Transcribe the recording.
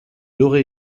aurait